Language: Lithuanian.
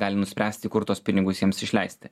gali nuspręsti kur tuos pinigus jiems išleisti